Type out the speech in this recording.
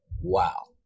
Wow